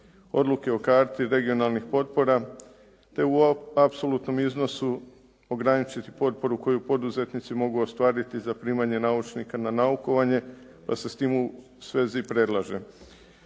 odluke o karti regionalnih potpora te u apsolutnom iznosu ograničiti potporu koju poduzetnici mogu ostvariti za primanje naučnika na naukovanje pa se s tim u svezi i predlaže: